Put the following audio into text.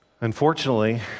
Unfortunately